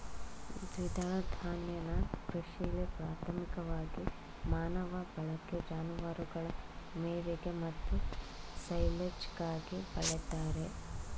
ದ್ವಿದಳ ಧಾನ್ಯನ ಕೃಷಿಲಿ ಪ್ರಾಥಮಿಕವಾಗಿ ಮಾನವ ಬಳಕೆ ಜಾನುವಾರುಗಳ ಮೇವಿಗೆ ಮತ್ತು ಸೈಲೆಜ್ಗಾಗಿ ಬೆಳಿತಾರೆ